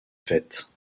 fêtes